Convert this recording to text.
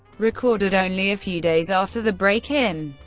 recorded only a few days after the break-in,